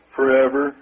Forever